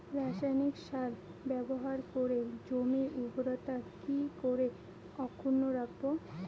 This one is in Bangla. রাসায়নিক সার ব্যবহার করে জমির উর্বরতা কি করে অক্ষুণ্ন রাখবো